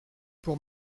pour